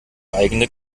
eigene